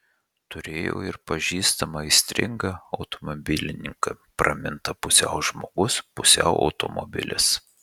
turėjau ir pažįstamą aistringą automobilininką pramintą pusiau žmogus pusiau automobilis